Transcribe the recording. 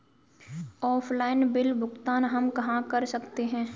Offline bill भुगतान हम कहां कर सकते हैं?